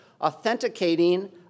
authenticating